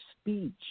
speech